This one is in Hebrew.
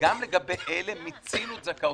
גם אלה מיצינו את זכאותם.